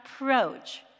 approach